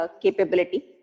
capability